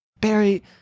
Barry